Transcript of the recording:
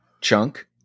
chunk